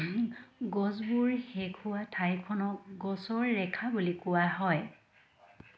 গছবোৰ শেষ হোৱা ঠাইখনক গছৰ ৰেখা বুলি কোৱা হয়